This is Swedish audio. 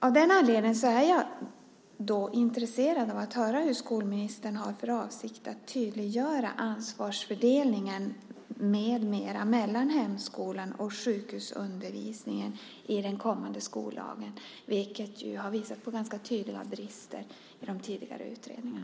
Av den anledningen är jag intresserad av att höra hur skolministern har för avsikt att tydliggöra ansvarsfördelningen mellan hemskolan och sjukhusundervisningen i den kommande skollagen, som har visat på ganska tydliga brister i de tidigare utredningarna.